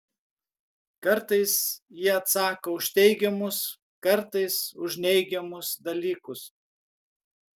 kartais ji atsako už teigiamus kartais už neigiamus dalykus